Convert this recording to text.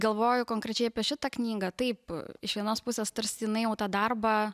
galvoju konkrečiai apie šitą knygą taip iš vienos pusės tarsi jinai jau tą darbą